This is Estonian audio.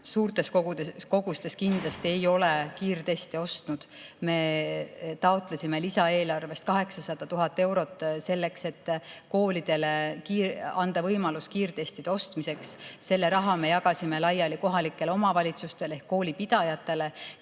suurtes kogustes kindlasti ei ole kiirteste ostnud. Me taotlesime lisaeelarvest 800 000 eurot, et koolidele anda võimalus kiirtestide ostmiseks. Selle raha me jagasime laiali kohalikele omavalitsustele ehk koolipidajatele,